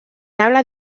habla